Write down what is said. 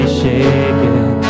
shaken